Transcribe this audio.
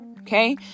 Okay